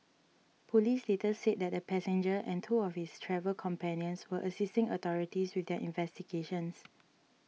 police later said that the passenger and two of his travel companions were assisting authorities with their investigations